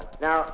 Now